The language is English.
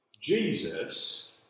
Jesus